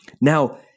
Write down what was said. Now